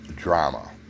Drama